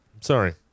Sorry